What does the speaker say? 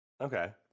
Okay